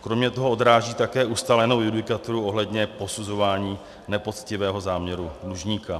Kromě toho odráží také ustálenou judikaturu ohledně posuzování nepoctivého záměru dlužníka.